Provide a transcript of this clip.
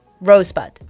rosebud